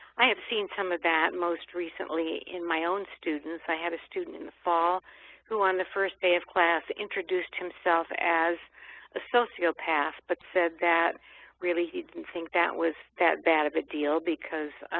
i have seen some of that most recently in my own students. i had a student in the fall who on the first day of class introduced himself as a sociopath but said that really he didn't think that was that bad of a deal because,